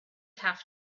have